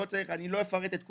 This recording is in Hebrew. אני לא אפרט את כולם,